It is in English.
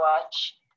watch